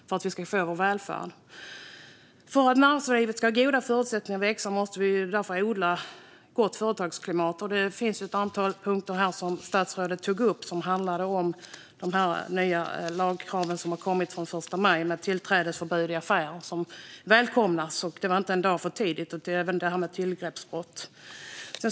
För att näringslivet ska ha goda förutsättningar att växa måste vi odla ett gott företagsklimat, och statsrådet tog upp ett antal av de lagkrav som kommer från den 1 maj, bland annat tillträdesförbud i affärer. Vi välkomnar detta; det var inte en dag för tidigt. Det gäller även detta med tillgreppsbrotten.